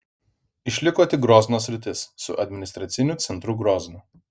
išliko tik grozno sritis su administraciniu centru groznu